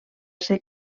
ser